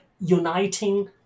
uniting